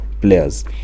players